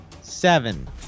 Seven